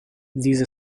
these